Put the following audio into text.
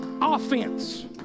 offense